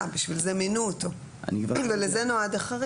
בשביל זה מינו אותו ולזה נועד החריג.